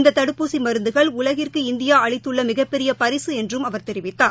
இந்ததடுப்பூசிமருந்துகள் உலகிற்கு இந்தியாஅளித்துள்ளமிகப்பெரியபரிகஎன்றும் அவர் தெரிவித்தார்